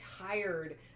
tired